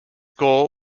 goal